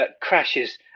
crashes